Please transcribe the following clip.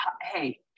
hey